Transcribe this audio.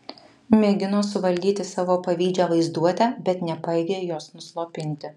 mėgino suvaldyti savo pavydžią vaizduotę bet nepajėgė jos nuslopinti